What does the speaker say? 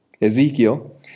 Ezekiel